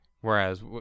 Whereas